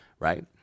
right